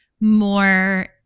more